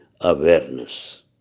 awareness